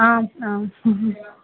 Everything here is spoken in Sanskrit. आम् आम्